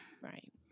Right